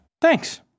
Thanks